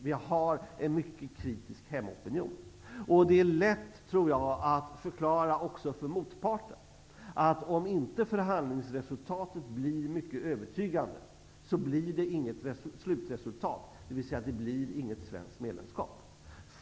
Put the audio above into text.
Vi har en mycket kritisk hemmaopinion, och jag tror att det är lätt att förklara för motparten att om inte förhandlingsresultatet blir mycket övertygande, blir det inget slutresultat, dvs. inget svenskt medlemskap.